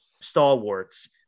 stalwarts